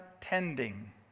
tending